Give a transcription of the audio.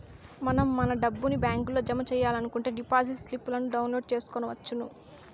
మనం మన డబ్బుని బ్యాంకులో జమ సెయ్యాలనుకుంటే డిపాజిట్ స్లిప్పులను డౌన్లోడ్ చేసుకొనవచ్చును